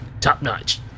top-notch